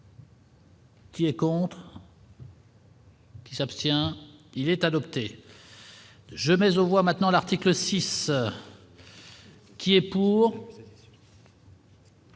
Qui est contre. Qui s'abstient, il est adopté. Mais voit maintenant l'article 6. Qui est pour.